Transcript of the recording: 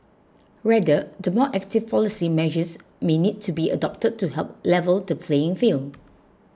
rather the more active policy measures may need to be adopted to help level the playing field